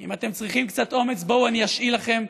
אם אתם צריכים קצת אומץ, בואו, אני אשאיל לכם.